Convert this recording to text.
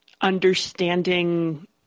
understanding